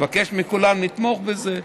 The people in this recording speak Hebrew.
אבקש מכולם לתמוך בזה.